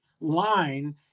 line